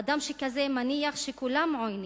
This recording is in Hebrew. אדם כזה מניח שכולם עוינים,